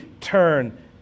turn